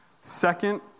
Second